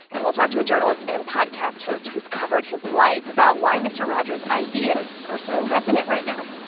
and we'll talk to a journalist and podcast host who's covered his life about why mister rogers' ideas are so resonant right now.